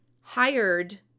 hired